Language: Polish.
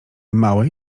małe